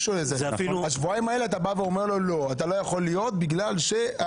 בגלל השבועיים האלה אתה בא ואומר לו שהוא לא יכול לקבל את המענק,